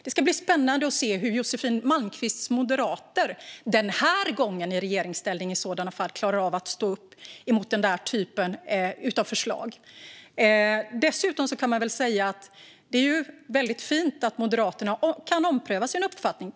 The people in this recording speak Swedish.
Det ska bli spännande att se hur Josefin Malmqvists moderater klarar av att stå upp mot denna typ av förslag om de kommer i regeringsställning. Det är fint att Moderaterna kan ompröva sin uppfattning.